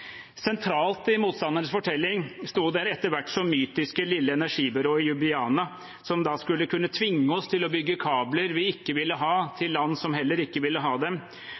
Sentralt i motstanderens fortelling stod det etter hvert så mytiske lille energibyrået i Ljubljana, som da skulle kunne tvinge oss til å bygge kabler vi ikke ville ha, til land som heller ikke ville ha dem.